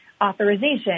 authorization